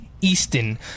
Easton